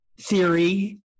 theory